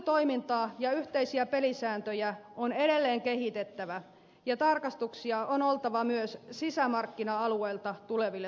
tullitoimintaa ja yhteisiä pelisääntöjä on edelleen kehitettävä ja tarkastuksia on oltava myös sisämarkkina alueelta tuleville tuotteille